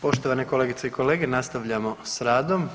Poštovane kolegice i kolege, nastavljamo s radom.